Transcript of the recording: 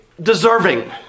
deserving